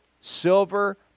silver